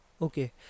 okay